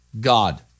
God